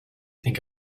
think